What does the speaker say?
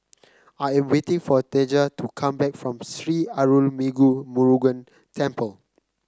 I am waiting for Deja to come back from Sri Arulmigu Murugan Temple